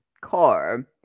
car